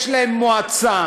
יש להם מועצה,